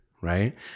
Right